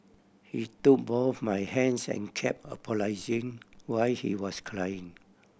he took both my hands and kept apologising while he was crying